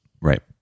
Right